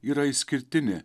yra išskirtinė